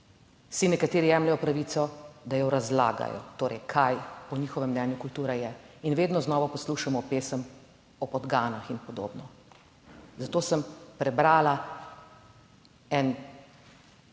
si nekateri jemljejo pravico, da jo razlagajo, torej kaj po njihovem mnenju kultura je in vedno znova poslušamo pesem o podganah in podobno. Zato sem prebrala en